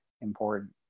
important